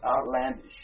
outlandish